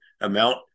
amount